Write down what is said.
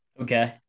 Okay